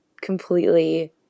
completely